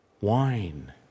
wine